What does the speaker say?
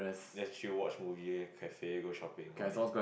just chill watch movie cafe go shopping all these